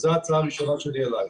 זו ההצעה הראשונה שלי אליך.